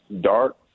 dark